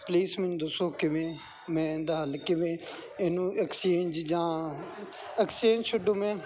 please ਮੈਨੂੰ ਦੱਸੋ ਕਿਵੇਂ ਮੈਂ ਇਸ ਦਾ ਹੱਲ ਕਿਵੇਂ ਇਹਨੂੰ ਜਾਂ ਐਕਸਚੇਂਜ ਜਾਂ ਐਕਸਚੇਂਜ ਛੱਡੋ ਮੈਮ